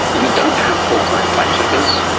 we don't have fulltime fact-checkers.